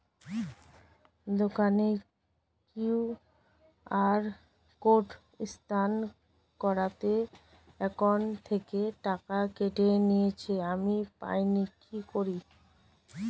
দোকানের QR code scan করাতে account থেকে টাকা কেটে নিয়েছে, আমি পাইনি কি করি?